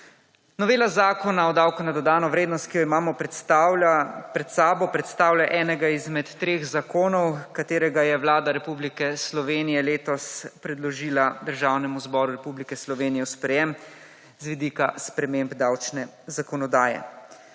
Novela Zakona o davku na dodano vrednost, ki jo imamo, predstavlja enega izmed treh zakonov, katerega je Vlada Republike Slovenije letos predložila Državnemu zboru Republike Slovenije v sprejem, z vidika sprememb davčne zakonodaje.